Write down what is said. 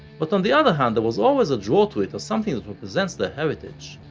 but on the other hand there was always a draw to it as something that represents their heritage,